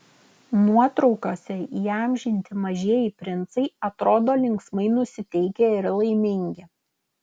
nuotraukose įamžinti mažieji princai atrodo linksmai nusiteikę ir laimingi